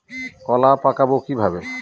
কলা পাকাবো কিভাবে?